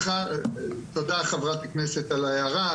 תודה חברת הכנסת על ההערה.